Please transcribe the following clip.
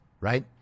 right